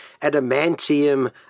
adamantium